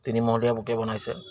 তিনিমহলীয়া বুকে বনাইছে